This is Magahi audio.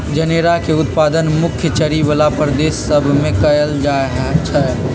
जनेरा के उत्पादन मुख्य चरी बला प्रदेश सभ में कएल जाइ छइ